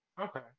Okay